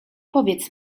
powiedz